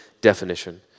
definition